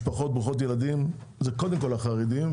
משפחות ברוכות ילדים זה קודם כל החרדים,